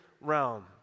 realm